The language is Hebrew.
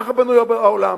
ככה בנוי העולם.